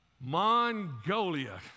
Mongolia